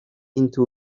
into